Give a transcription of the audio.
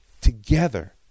together